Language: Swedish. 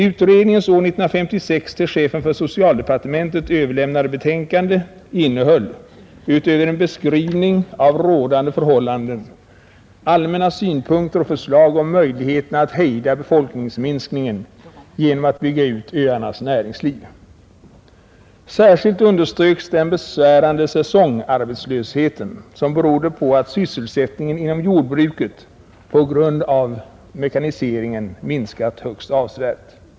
Utredningens år 1956 till chefen för socialdepartementet överlämnade betänkande innehöll utöver en beskrivning av rådande förhållanden allmänna synpunkter och förslag i fråga om möjligheterna att hejda befolkningsminskningen genom att bygga ut öarnas näringsliv. Särskilt underströks den besvärande säsongarbetslösheten, som berodde på att sysselsättningen inom jordbruket på grund av mekaniseringen minskat högst avsevärt.